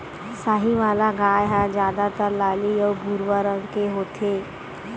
साहीवाल गाय ह जादातर लाली अउ भूरवा रंग के होथे